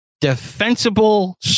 defensible